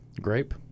Grape